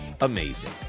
amazing